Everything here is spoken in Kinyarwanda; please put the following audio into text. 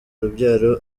urubyaro